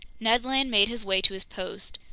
ned land made his way to his post.